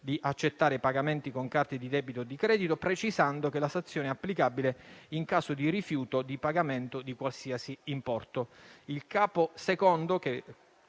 di accettare pagamenti con carte di debito o di credito, precisando che la sanzione è applicabile in caso di rifiuto di pagamento di qualsiasi importo.